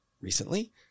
recently